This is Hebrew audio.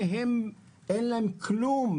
שאין להן כלום,